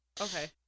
okay